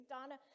Donna